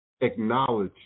acknowledge